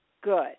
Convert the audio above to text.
good